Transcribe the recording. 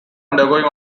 undergoing